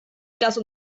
dass